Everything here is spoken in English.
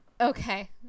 okay